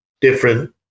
different